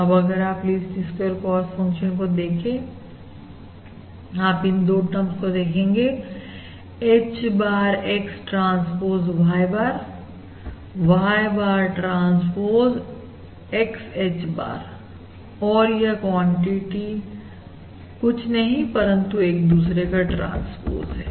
अब अगर आप लीस्ट स्क्वेयर कॉस्ट फंक्शन को देखें आप इन 2 टर्म्स को देखेंगे H bar X transpose Y bar Y bar transpose XH bar और यह क्वांटिटी और कुछ नहीं परंतु एक दूसरे का ट्रांसपोज है